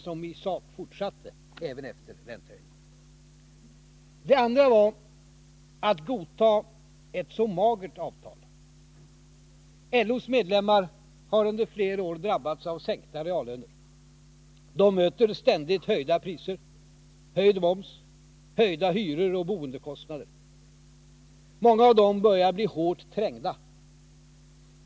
Som vi påpekade fortsatte den även efter räntehöjningen: Den andra var att godta ett så magert avtal. LO:s medlemmar har under flera år drabbats av sänkta reallöner. De möter ständigt höjda priser, höjd moms, höjda hyror och boendekostnader. Många av dem börjar bli hårt trängda.